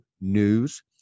news